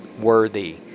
worthy